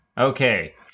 Okay